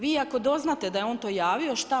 Vi ako doznate da je on to javio, šta?